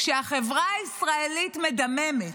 כשהחברה הישראלית מדממת,